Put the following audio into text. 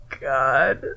God